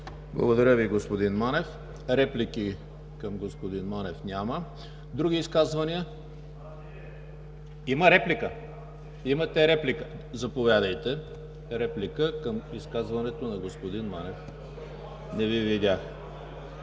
Благодаря Ви, господин Манев. Реплики към господин Манев няма. Други изказвания? (Шум и реплики.) Имате реплика? Заповядайте за реплика към изказването на господин Манев, господин